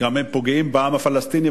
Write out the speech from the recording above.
הם פוגעים בעם הפלסטיני,